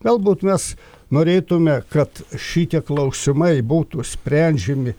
galbūt mes norėtume kad šitie klausimai būtų sprendžiami